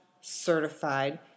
certified